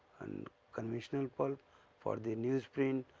and conventional pulp for the news print,